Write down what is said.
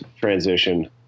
transition